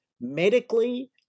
medically